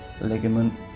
ligament